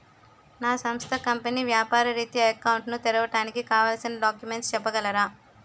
నా సంస్థ కంపెనీ వ్యాపార రిత్య అకౌంట్ ను తెరవడానికి కావాల్సిన డాక్యుమెంట్స్ చెప్పగలరా?